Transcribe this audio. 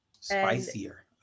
spicier